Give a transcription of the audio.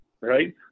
right